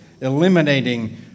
eliminating